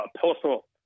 postal